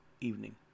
evening